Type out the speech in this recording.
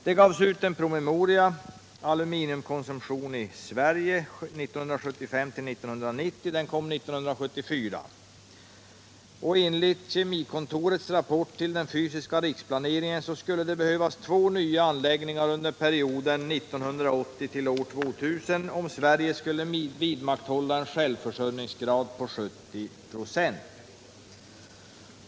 Det gavs ut en promemoria, Aluminiumkonsumtionen i Sverige 1975-1990. Den kom 1974. Enligt Kemikontorets rapport till den fysiska riksplaneringen skulle det behövas två nya anläggningar under perioden 1980-2000, om Sverige skulle vidmakthålla en självförsörjningsgrad på 70 96.